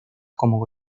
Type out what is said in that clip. como